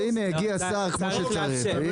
אז הנה, הגיע שר כמו שצריך.